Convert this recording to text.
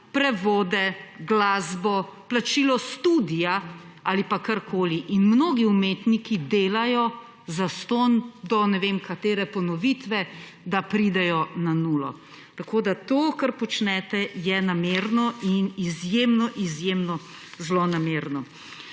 prevode, glasbo, plačilo studia ali pa karkoli. Mnogi umetniki delajo zastonj do ne vem katere ponovitve, da pridejo na nulo. Tako da to, kar počnete, je namerno in izjemno izjemno zlonamerno.